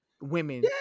women